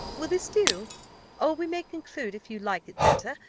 will this do or, we may conclude, if you like it better,